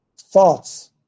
thoughts